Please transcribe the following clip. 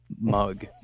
mug